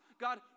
God